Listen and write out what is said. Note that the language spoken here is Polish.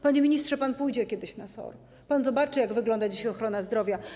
Panie ministrze, pan pójdzie kiedyś na SOR, pan zobaczy, jak wygląda dzisiaj ochrona zdrowia.